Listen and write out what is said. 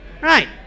Right